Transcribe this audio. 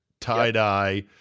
tie-dye